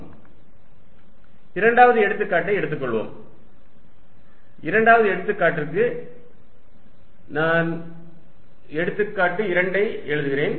Fxqλ2π0x இரண்டாவது எடுத்துக்காட்டை எடுத்துக்கொள்வோம் இரண்டாவது எடுத்துக்காட்டுக்கு நான் எடுத்துக்காட்டு 2 ஐ எழுதுகிறேன்